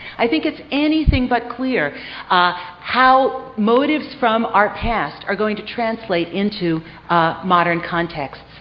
i think it's anything but clear ah how motives from our past are going to translate into ah modern contexts.